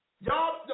Y'all